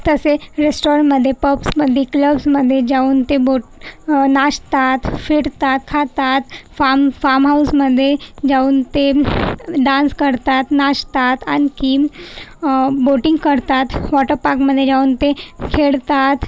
तसे रेस्टॉरणमध्ये पब्समध्ये क्लब्समध्ये जाऊन ते बोट नाचतात फिरतात खातात फाम फामहाऊसमध्ये जाऊन ते डान्स करतात नाचतात आणखी बोटिंग करतात वॉटर पाकमध्ये जाऊन ते खेळतात